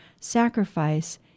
sacrifice